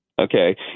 Okay